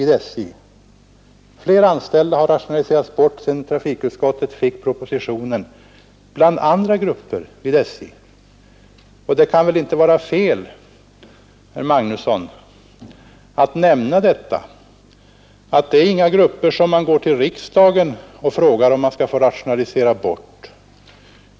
Det kan väl inte vara fel, herr Magnusson, att nämna detta. Det gäller grupper som man inte behöver gå till riksdagen och fråga om man får rationalisera bort.